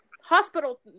hospital